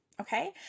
okay